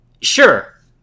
sure